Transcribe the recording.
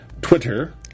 Twitter